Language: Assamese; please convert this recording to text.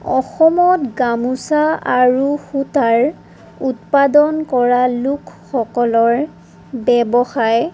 অসমত গামোচা আৰু সূতাৰ উৎপাদন কৰা লোকসকলৰ ব্যৱসায়